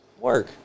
work